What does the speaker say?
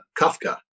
Kafka